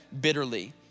bitterly